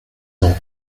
ans